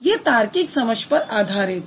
ये तार्किक समझ पर आधारित हैं